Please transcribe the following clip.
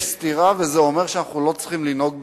סתירה וזה אומר שאנחנו לא צריכים לנהוג בתבונה.